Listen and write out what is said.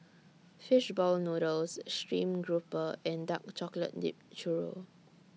Fish Ball Noodles Stream Grouper and Dark Chocolate Dipped Churro